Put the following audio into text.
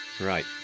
Right